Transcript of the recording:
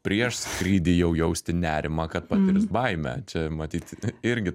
prieš skrydį jau jausti nerimą kad patirs baimę čia matyt irgi